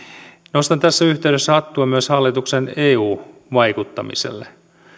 nostan tässä yhteydessä hattua myös hallituksen eu vaikuttamiselle